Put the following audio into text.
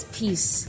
peace